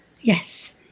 Yes